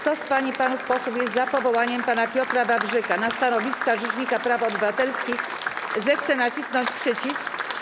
Kto z pań i panów posłów jest za powołaniem pana Piotra Wawrzyka na stanowisko rzecznika praw obywatelskich, zechce nacisnąć przycisk.